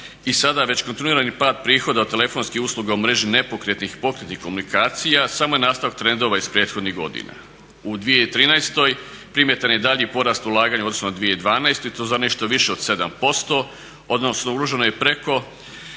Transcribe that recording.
i sada već kontinuirani pad prihoda od telefonskih usluga u mreži nepokretnih i pokretnih komunikacija samo je nastavak trendova iz prethodnih godina. U 2013. primjetan je daljnji porast ulaganja, odnosno u 2012., i to za nešto više od 7%, odnosno uloženo je preko